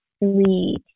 three